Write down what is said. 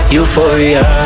Euphoria